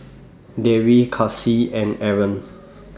Dewi Kasih and Aaron